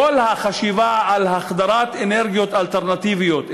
כל החשיבה על החדרת אנרגיות אלטרנטיביות,